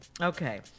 Okay